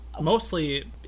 mostly